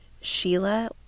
sheila